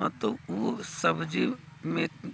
हँ तऽ ओ सब्जीमे